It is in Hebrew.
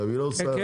היום גם בחוקה.